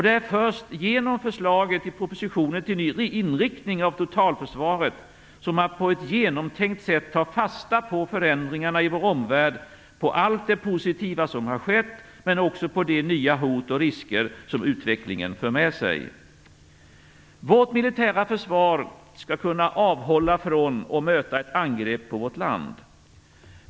Det är först genom förslaget i propositionen om en ny inriktning av totalförsvaret som man på ett genomtänkt sätt tar fasta på förändringarna i vår omvärld - allt det positiva som har skett men också de nya hot och risker som utvecklingen för med sig. Vårt militära försvar skall kunna avhålla från och möta ett angrepp på vårt land.